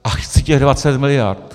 A chci těch 20 mld.!